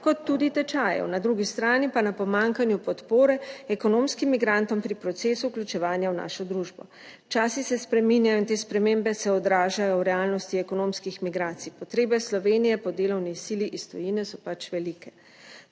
kot tudi tečajev, na drugi strani pa na pomanjkanju podpore ekonomskim migrantom pri procesu vključevanja v našo družbo. Časi se spreminjajo in te spremembe se odražajo v realnosti ekonomskih migracij. Potrebe Slovenije po delovni sili iz tujine so pač velike.